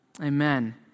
Amen